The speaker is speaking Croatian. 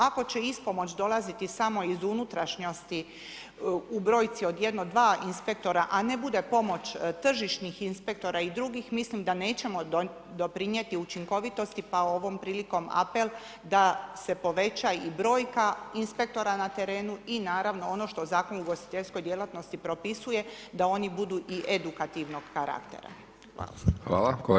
Ako će ispomoć dolaziti samo iz unutrašnjosti u brojci od jedno, dva inspektora, a ne bude pomoć tržišnih inspektora i drugih, mislim da nećemo doprinijeti učinkovitosti pa ovom prilikom apel da se poveća i brojka inspektora na terenu i naravno ono što zakon o ugostiteljskoj djelatnosti propisuje, da oni budu i edukativnog karaktera.